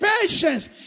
patience